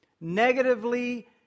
negatively